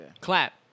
Clap